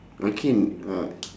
okay uh